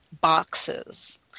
boxes